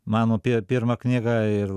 mano pi pirma knyga ir